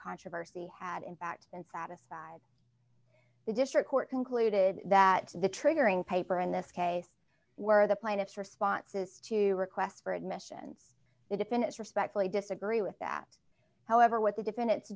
controversy had in fact and satisfied the district court concluded that the triggering paper in this case were the plaintiff's responses to requests for admissions the defendants respectfully disagree with that however what the defend